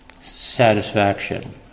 satisfaction